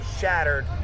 shattered